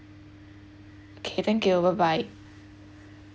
okay thank you bye bye